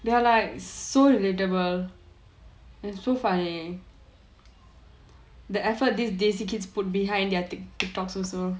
they are like so relatable and so funny the effort the J_C kids put behind their TikTok also